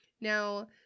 Now